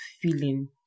feeling